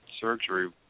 surgery